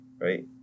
right